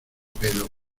pelo